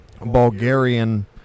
Bulgarian